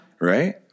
Right